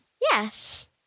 Yes